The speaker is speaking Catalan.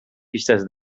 pistes